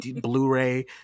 Blu-ray